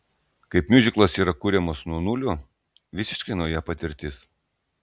kaip miuziklas yra kuriamas nuo nulio visiškai nauja patirtis